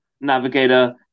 Navigator